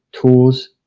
tools